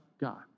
God